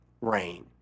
rain